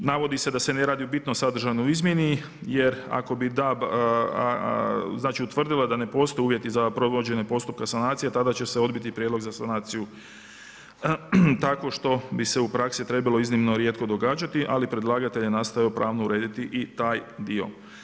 Navodi se da se ne radi o bitno sadržajnoj izmjeni, jer ako bi DAB, znači utvrdila da ne postoje uvjeti za provođenje postupka sanacije tada će se odbiti prijedlog za sanaciju tako što bi se u praksi trebalo iznimno rijetko događati, ali predlagatelj je nastojao pravno urediti i taj dio.